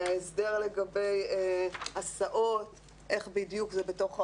ההסדר לגבי הסעות, איך זה בדיוק בתוך האוטובוסים,